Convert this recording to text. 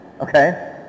okay